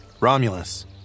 Romulus